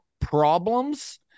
problems